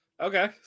Okay